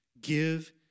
Give